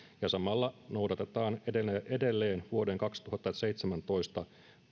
ja että samalla noudatetaan edelleen edelleen vuoden kaksituhattaseitsemäntoista